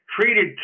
treated